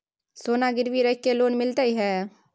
सोना गिरवी रख के लोन मिलते है?